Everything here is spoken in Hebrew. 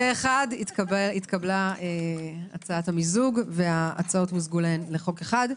פה אחד התקבלה הצעת המיזוג וההצעות מוזגו לחוק אחד.